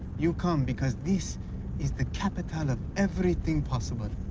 you come because this is the capital of everything possible?